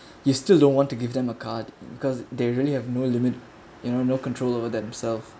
you still don't want to give them a card because they really have no limit you know no control over themselves